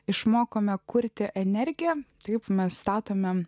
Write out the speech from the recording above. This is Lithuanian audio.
išmokome kurti energiją taip mes statome